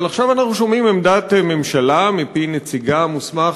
אבל עכשיו אנחנו שומעים עמדת ממשלה מפי נציגה המוסמך,